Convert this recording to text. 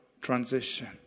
Transition